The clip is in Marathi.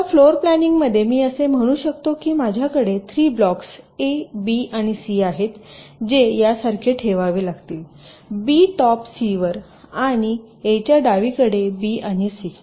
आता फ्लोर प्लानिंगमध्ये मी असे म्हणू शकतो की माझ्याकडे 3 ब्लॉक्स ए बी आणि सी आहेत जे यासारखे ठेवावे लागतील बी टॉप सी वर आणि ए च्या डावीकडे बी आणि सी